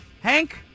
Hank